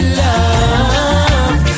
love